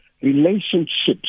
Relationships